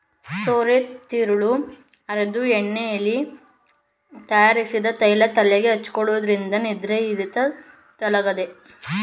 ಸೋರೆತಿರುಳು ಅರೆದು ಎಳ್ಳೆಣ್ಣೆಯಲ್ಲಿ ತಯಾರಿಸಿದ ತೈಲ ತಲೆಗೆ ಹಚ್ಚೋದ್ರಿಂದ ನಿದ್ರಾಹೀನತೆ ತೊಲಗ್ತದೆ